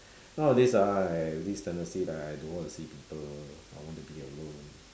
nowadays ah I have this tendency like I don't want to see people I want to be alone